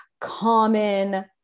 common